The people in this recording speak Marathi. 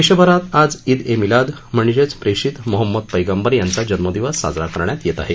देशभरात आज ईद ए मिलाद म्हणजेच प्रेषित महम्मद पैगंबर यांचा जन्मदिवस साजरा करण्यात येत आहे